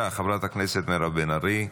בבקשה, חברת הכנסת מירב בן ארי.